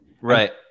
Right